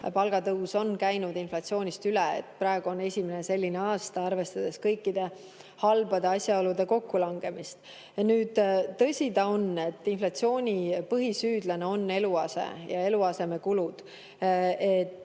palgatõus on käinud inflatsioonist üle. Praegu on esimene selline aasta, arvestades kõikide halbade asjaolude kokkulangemist. Nüüd, tõsi ta on, et inflatsiooni põhisüüdlane on eluase ja eluasemekulud.